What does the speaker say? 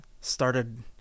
started